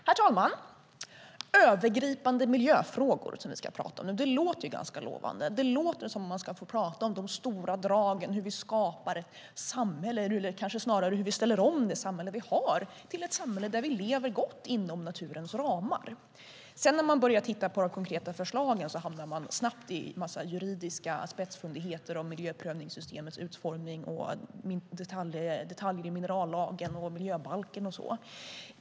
Herr talman! Vi ska prata om övergripande miljöfrågor. Det låter lovande. Det låter som om man ska få prata om de stora dragen, hur vi skapar ett samhälle, eller snarare om hur vi ställer om det samhälle vi har till ett samhälle där vi lever gott inom naturens ramar. När man sedan börjar se på de konkreta förslagen hamnar man snabbt i en massa juridiska spetsfundigheter om miljöprövningssystemets utformning, detaljer i minerallagen och miljöbalken.